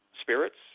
spirits